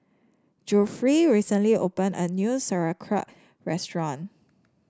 Geoffrey recently opened a new Sauerkraut restaurant